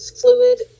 fluid